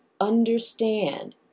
understand